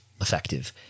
effective